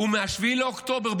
הוא מ-7 באוקטובר במילואים.